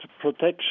Protection